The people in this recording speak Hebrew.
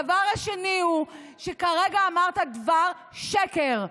הדבר השני הוא שכרגע אמרת דבר שקר.